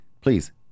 please